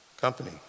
company